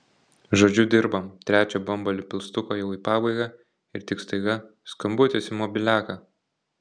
žodžiu dirbam trečią bambalį pilstuko jau į pabaigą ir tik staiga skambutis į mobiliaką